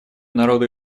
народу